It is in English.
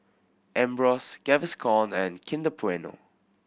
Ambros Gaviscon and Kinder Bueno